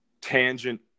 Tangent